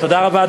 תודה רבה.